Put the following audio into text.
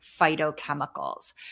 phytochemicals